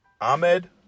Ahmed